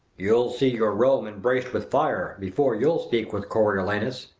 you'll see your rome embrac'd with fire before you'll speak with coriolanus.